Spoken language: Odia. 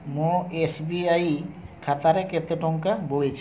ମୋ ଏସ୍ ବି ଆଇ ଖାତାରେ କେତେ ଟଙ୍କା ବଳିଛି